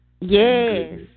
yes